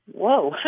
Whoa